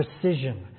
precision